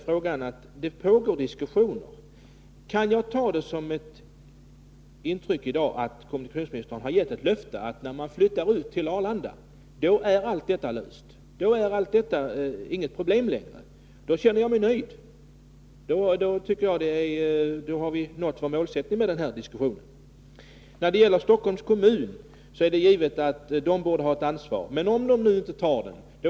Jag måste ställa frågan: Kan jag tolka mina intryck i dag så att kommunikationsministern har gett ett löfte, att när man flyttar ut till Arlanda skall allt detta vara löst? I så fall känner jag mig nöjd, då har vi nått vårt mål med den här diskussionen. Det är givet att Stockholms kommun borde ha ett ansvar. Men tänk om den inte tar detta ansvar.